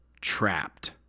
trapped